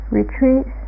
retreat